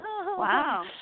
Wow